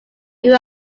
new